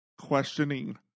questioning